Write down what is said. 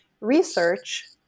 research